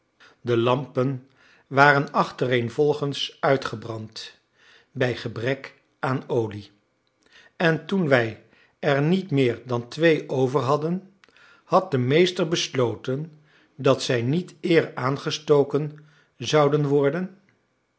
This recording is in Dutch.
de lampen waren achtereenvolgens uitgebrand bij gebrek aan olie en toen wij er niet meer dan twee overhadden had de meester besloten dat zij niet eer aangestoken zouden worden